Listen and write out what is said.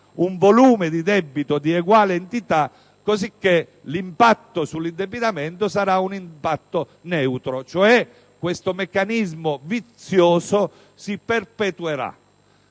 un volume di debito di eguale entità cosicché l'impatto sull'indebitamento sarà neutro nel senso che questo meccanismo vizioso si perpetuerà.